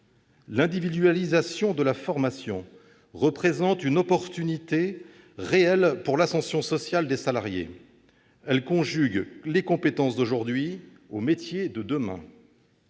L'individualisation de la formation représente une opportunité réelle pour l'ascension sociale des salariés. Elle conjugue les compétences d'aujourd'hui aux métiers de demain.